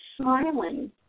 smiling